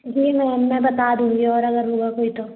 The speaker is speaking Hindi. जी मैम मैं बात दूँगी और अगर हुआ कोई तो